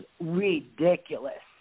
ridiculous